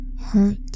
hurt